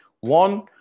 One